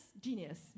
genius